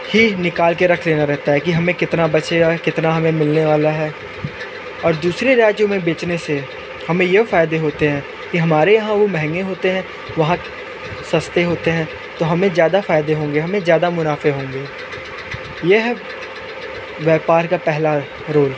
ही निकालकर रख देना रहता है कि हमें कितना बचेगा कितना हमें मिलने वाला है और दूसरे राज्यों में बेचने से हमें ये फायदे होते हैं कि हमारे यहां वो महंगे होते हैं वहां सस्ते होते हैं तो हमें ज़्यादा फायदे होंगे हमें ज्यादा मुनाफ़े होंगे ये है व्यापार का पहला रूल